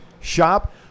shop